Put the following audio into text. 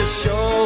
show